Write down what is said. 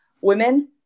Women